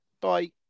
bye